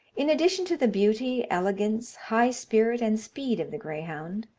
in addition to the beauty, elegance, high spirit, and speed of the greyhound,